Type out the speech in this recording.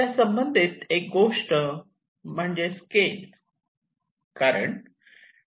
त्यासंबंधित एक गोष्ट म्हणजे स्केलं